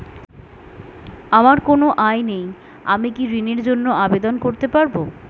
আমার কোনো আয় নেই আমি কি ঋণের জন্য আবেদন করতে পারব?